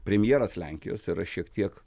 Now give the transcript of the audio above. premjeras lenkijos yra šiek tiek